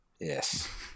Yes